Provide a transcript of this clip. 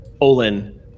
Olin